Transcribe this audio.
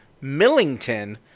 Millington